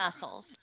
muscles